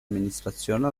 amministrazione